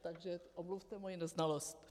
Takže omluvte moji neznalost.